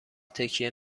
تکیه